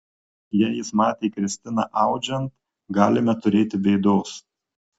jei jis matė kristiną audžiant galime turėti bėdos